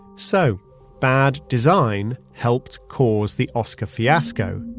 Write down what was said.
so bad design helped cause the oscar fiasco.